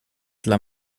dla